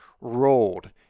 rolled